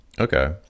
Okay